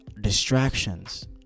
distractions